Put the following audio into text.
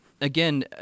again